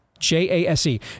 J-A-S-E